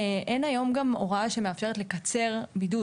אין היום גם הוראה שמאפשרת לקצר בידוד.